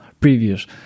previous